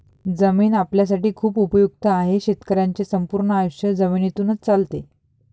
जमीन आपल्यासाठी खूप उपयुक्त आहे, शेतकऱ्यांचे संपूर्ण आयुष्य जमिनीतूनच चालते